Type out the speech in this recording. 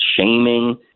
shaming